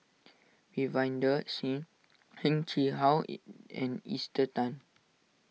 Ravinder Singh Heng Chee How in and Esther Tan